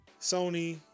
Sony